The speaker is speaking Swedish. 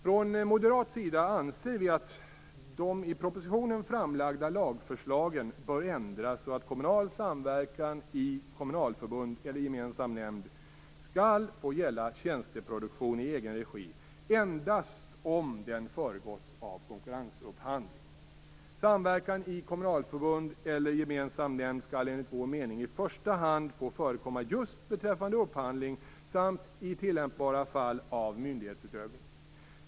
Från moderat sida anser vi att de i propositionen framlagda lagförslagen bör ändras så att kommunal samverkan i kommunalförbund eller gemensam nämnd skall få gälla tjänsteproduktion i egen regi endast om den föregåtts av konkurrensupphandling. Samverkan i kommunalförbund eller gemensam nämnd skall enligt vår mening i första hand få förekomma just beträffande upphandling samt i tillämpbara fall av myndighetsutövning.